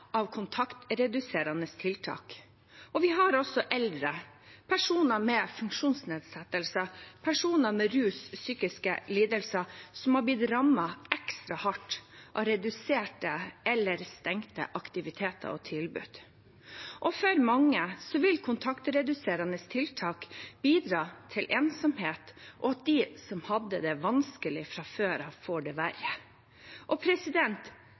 tiltak. Vi har også eldre, personer med funksjonsnedsettelse og personer med rus- og psykiske lidelser som er blitt rammet ekstra hardt av reduserte eller stengte aktiviteter og tilbud. For mange vil kontaktreduserende tiltak bidra til ensomhet og til at de som hadde det vanskelig fra før av, får det verre.